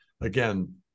again